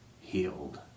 healed